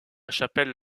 chapelle